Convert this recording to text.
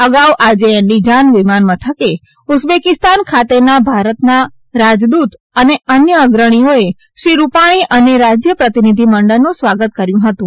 અગાઉ આજે એન્ડીજાન વિમાનમથકે ઉઝબેકીસ્તાન ખાતેના ભારતના રાજદૂત અને અન્ય અગ્રણીઓએ શ્રી રૂપાણી અને રાજય પ્રતિનિધિમંડળનું સ્વાગત કર્યુ હતુ